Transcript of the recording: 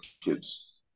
kids